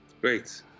Great